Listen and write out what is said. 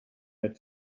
der